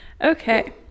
okay